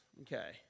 Okay